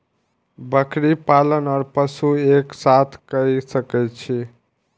बकरी पालन ओर पशु एक साथ कई सके छी?